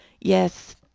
Yes